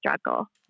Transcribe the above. struggle